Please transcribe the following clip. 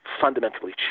fundamentally